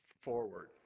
forward